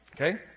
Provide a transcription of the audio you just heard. Okay